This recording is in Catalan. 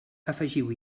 afegiu